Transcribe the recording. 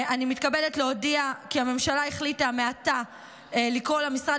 אני מתכבדת להודיע כי הממשלה החליטה מעתה לקרוא למשרד